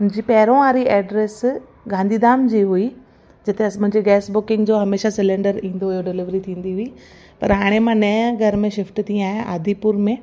मुंहिंजी पहिरों वारी एड्रेस गांधीधाम जी हुई जिते असां मुंहिंजी गैस बुकिंग जो हमेशह सिलैंडर ईंदो हुओ डिलेवरी थींदी हुई पर हाणे मां नएं घर में शिफ्ट थी आहियां आदिपुर में